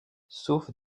sauf